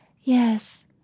Yes